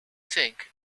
think